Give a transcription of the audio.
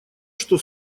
что